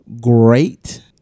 great